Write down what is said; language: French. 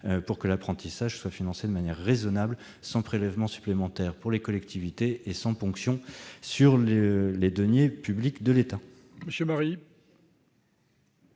pour que l'apprentissage puisse être financé de manière raisonnable, sans prélèvement supplémentaire sur les collectivités et sans ponction sur les deniers de l'État. La parole